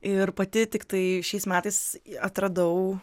ir pati tiktai šiais metais atradau